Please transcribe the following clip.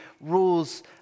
rules